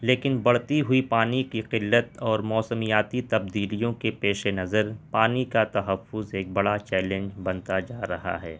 لیکن بڑھتی ہوئی پانی کی قلت اور موسمیاتی تبدیلیوں کے پیشے نظر پانی کا تحفظ ایک بڑا چیلنج بنتا جا رہا ہے